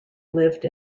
lived